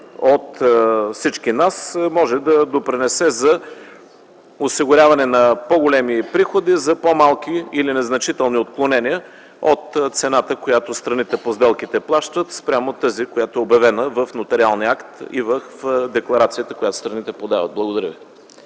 от всички нас, може да допринесе за осигуряване на по-големи приходи за по-малки или незначителни отклонения от цената, която страните по сделките плащат, спрямо тази, която е обявена в нотариалния акт и в декларацията, която страните подават. Благодаря ви.